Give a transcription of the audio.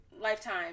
lifetime